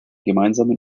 gemeinsamen